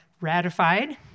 ratified